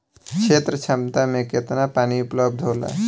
क्षेत्र क्षमता में केतना पानी उपलब्ध होला?